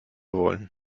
wollen